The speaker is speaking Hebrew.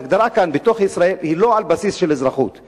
ההגדרה כאן בתוך ישראל היא לא על בסיס של אזרחות,